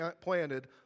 planted